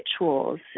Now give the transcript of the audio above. rituals